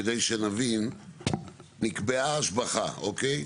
כדי שנבין, נקבע השבחה, אוקיי?